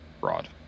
broad